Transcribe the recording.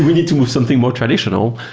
need to move something more traditional.